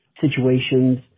situations